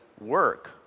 work